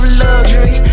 luxury